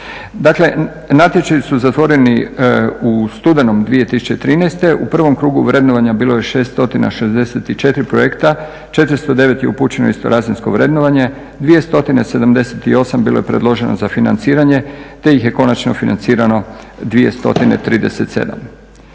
Dakle natječaji su zatvoreni u studenom 2013. U prvom krugu vrednovanja bilo je 664 projekta, 409 je upućeno u istorazinsko vrednovanje, 278 bilo je predloženo za financiranje te ih je konačno financirano 237.